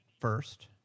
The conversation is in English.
first